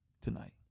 tonight